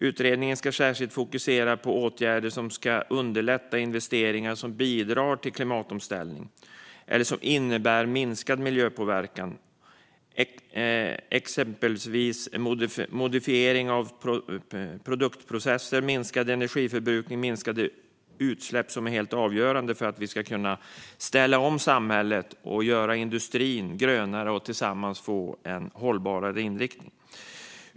Utredningen ska särskilt fokusera på åtgärder som ska underlätta investeringar som bidrar till klimatomställningen eller som innebär minskad miljöpåverkan. Det gäller exempelvis modifiering av produktprocesser, minskad energiförbrukning och minskade utsläpp, vilket är helt avgörande för att vi ska kunna ställa om samhället, göra industrin grönare och tillsammans få en hållbarare inriktning.